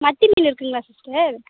மத்தி மீன் இருக்குங்களா சிஸ்டர்